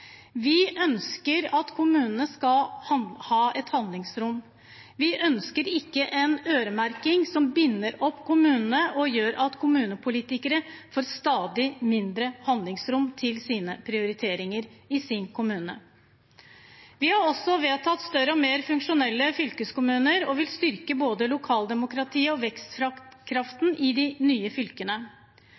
Vi ønsker at kommunene skal ha et handlingsrom. Vi ønsker ikke en øremerking som binder opp kommunene og gjør at kommunepolitikere får stadig mindre handlingsrom for sine prioriteringer i sine kommuner. Vi har også vedtatt større og mer funksjonelle fylkeskommuner og vil styrke både lokaldemokratiet og vekstkraften i de nye fylkene.